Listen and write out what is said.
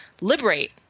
liberate